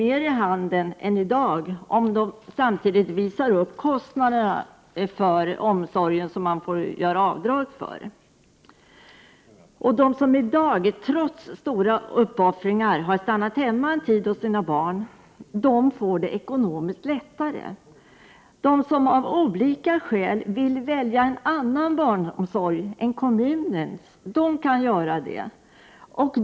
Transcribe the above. mer i handen än i dag om de kan styrka sina barnomsorgskostnader. De som i dag, trots stora uppoffringar, har stannat hemma en tid hos sina barn kan få det ekonomiskt lättare. De som av olika skäl vill välja annan barnomsorg än kommunens kan göra så.